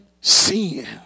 sin